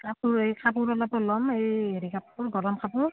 কাপোৰ এই কাপোৰ অলপো ল'ম এই হেৰি কাপোৰ গৰম কাপোৰ